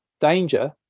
danger